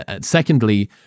Secondly